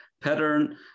pattern